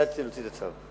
החלטתי להוציא את הצו.